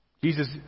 Jesus